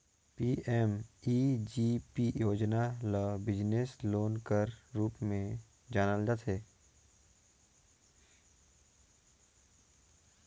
PMEGP योजना ल business loan कर रूप में जानल जाथे